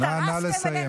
נא לסיים, בבקשה.